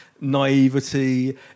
Naivety